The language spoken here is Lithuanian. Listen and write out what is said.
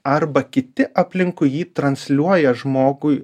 arba kiti aplinkui jį transliuoja žmogui